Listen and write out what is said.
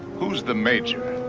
who's the major?